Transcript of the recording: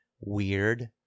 weird